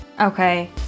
Okay